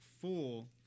full